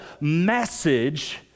message